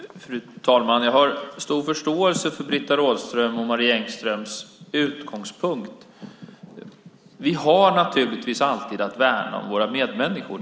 Fru talman! Jag har stor förståelse för Britta Rådströms och Marie Engströms utgångspunkt. Vi har naturligtvis alltid att värna om våra medmänniskor.